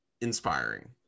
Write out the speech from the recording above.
inspiring